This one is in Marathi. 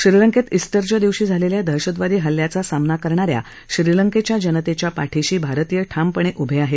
श्रीलंकेत ईस्टरच्या दिवशी झालेल्या दहशतवादी हल्ल्याचा सामना करणा या श्रीलंकेच्या जनतेच्या पाठीशी भारतीय ठामपणे उभे आहेत